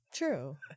true